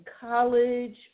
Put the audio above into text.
college